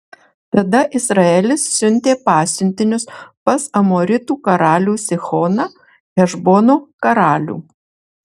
tada izraelis siuntė pasiuntinius pas amoritų karalių sihoną hešbono karalių